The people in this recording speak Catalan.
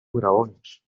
graons